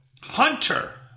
Hunter